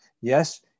yes